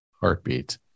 heartbeat